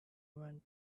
went